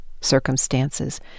circumstances